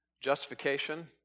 Justification